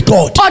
God